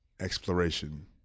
exploration